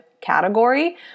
category